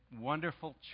Wonderful